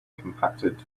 compacted